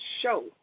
show